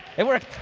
it worked.